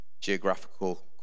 geographical